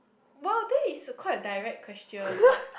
well that is a quite direct question